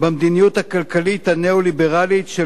במדיניות הכלכלית הניאו-ליברלית של